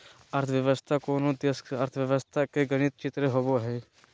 अर्थव्यवस्था कोनो देश के अर्थव्यवस्था के गणित चित्र होबो हइ